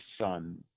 Son